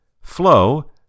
Flow